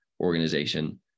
organization